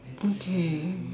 okay